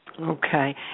Okay